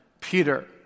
Peter